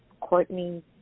Courtney